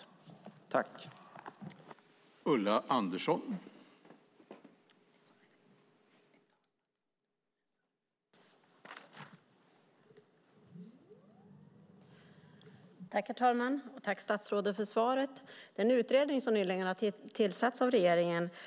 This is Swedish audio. Då Jens Holm, som framställt interpellationen, anmält att han var förhindrad att närvara vid sammanträdet medgav talmannen att Ulla Andersson i stället fick delta i överläggningen.